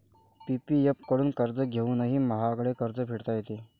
PPF कडून कर्ज घेऊनही महागडे कर्ज फेडता येते